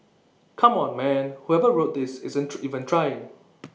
come on man whoever wrote this isn't true even trying